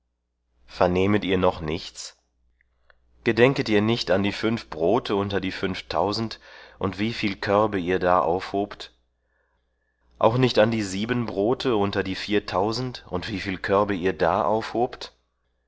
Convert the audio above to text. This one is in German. vernehmet ihr noch nichts gedenket ihr nicht an die fünf brote unter die fünftausend und wie viel körbe ihr da aufhobt auch nicht an die sieben brote unter die viertausend und wie viel körbe ihr da